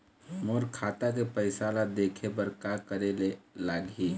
मोर खाता के पैसा ला देखे बर का करे ले लागही?